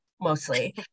mostly